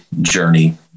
journey